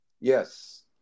Yes